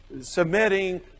submitting